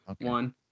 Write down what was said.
One